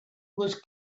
was